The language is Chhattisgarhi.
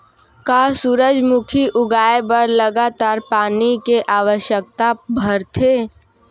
का सूरजमुखी उगाए बर लगातार पानी के आवश्यकता भरथे?